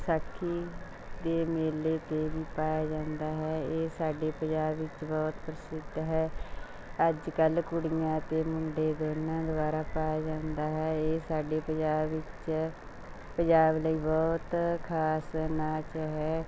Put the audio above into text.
ਵਿਸਾਖੀ ਦੇ ਮੇਲੇ 'ਤੇ ਵੀ ਪਾਇਆ ਜਾਂਦਾ ਹੈ ਇਹ ਸਾਡੇ ਪੰਜਾਬ ਵਿੱਚ ਬਹੁਤ ਪ੍ਰਸਿੱਧ ਹੈ ਅੱਜ ਕੱਲ੍ਹ ਕੁੜੀਆਂ ਅਤੇ ਮੁੰਡੇ ਦੋਨਾਂ ਦੁਆਰਾ ਪਾਇਆ ਜਾਂਦਾ ਹੈ ਇਹ ਸਾਡੇ ਪੰਜਾਬ ਵਿੱਚ ਪੰਜਾਬ ਲਈ ਬਹੁਤ ਖਾਸ ਨਾਚ ਹੈ